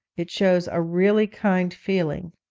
it shows a really kind feeling